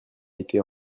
été